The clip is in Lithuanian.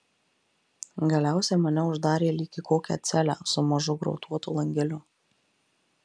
galiausiai mane uždarė lyg į kokią celę su mažu grotuotu langeliu